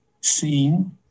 seen